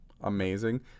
amazing